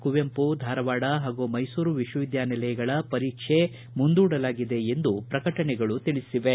ಕುವೆಂಪು ಧಾರವಾಡ ಹಾಗೂ ಮೈಸೂರು ವಿಶ್ವವಿದ್ಯಾನಿಲಯಗಳ ಪರೀಕ್ಷೆ ಮುಂದೂಡಲಾಗಿದೆ ಎಂದು ಪ್ರಕಟಣೆಗಳು ತಿಳಿಸಿವೆ